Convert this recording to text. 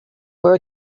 were